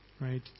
right